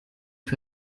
für